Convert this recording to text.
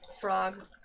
frog